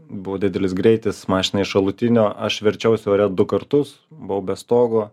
buvo didelis greitis mašina iš šalutinio aš verčiausi ore du kartus buvau be stogo